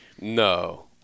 No